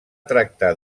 tractar